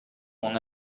mon